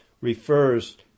refers